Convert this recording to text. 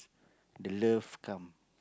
the love come